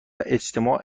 اجتماع